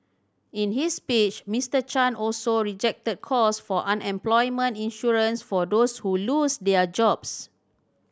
in his speech Mister Chan also rejected calls for unemployment insurance for those who lose their jobs